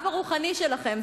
האב הרוחני שלכם,